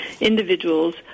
individuals